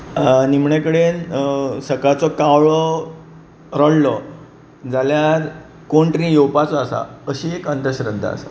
निमणे कडेन सकाळचो कावळो रडलो जाल्यार कोण तरी येवपाचो आसा अशी एक अंधश्रद्धा आसा